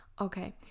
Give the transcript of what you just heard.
Okay